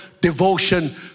devotion